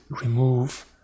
remove